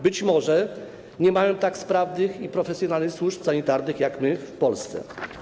Być może nie mają tak sprawnych i profesjonalnych służb sanitarnych jak my w Polsce.